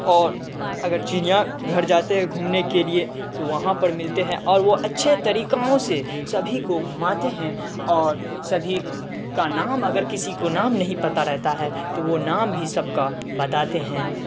اور اگر چڑیا گھر جاتے ہیں گھومنے کے لیے تو وہاں پر ملتے ہیں اور وہ اچھے طریقوں سے سبھی کو گھماتے ہیں اور سبھی کا نام اگر کسی کو نام نہیں پتا رہتا ہے تو وہ نام بھی سب کا بتاتے ہیں